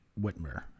Whitmer